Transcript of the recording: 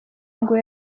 ngo